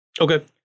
Okay